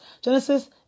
Genesis